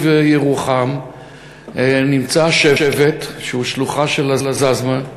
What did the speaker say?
ירוחם נמצא שבט שהוא שלוחה של עזאזמה,